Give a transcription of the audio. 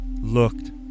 looked